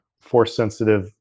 Force-sensitive